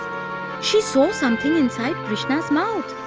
she saw something inside krishna's mouth.